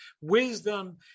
Wisdom